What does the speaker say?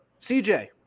CJ